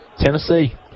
Tennessee